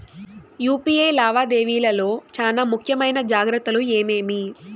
UPI లావాదేవీల లో చానా ముఖ్యమైన జాగ్రత్తలు ఏమేమి?